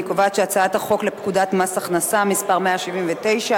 אני קובעת שהחוק לתיקון פקודת מס הכנסה (מס' 179),